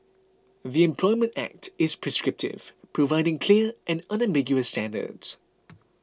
the Employment Act is prescriptive providing clear and unambiguous standards